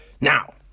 Now